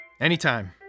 Anytime